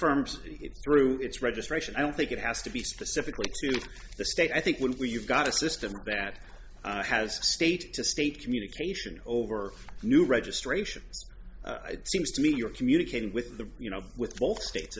it through its registration i don't think it has to be specific to the state i think when you've got a system that has state to state communication over new registration seems to me you're communicating with the you know with both states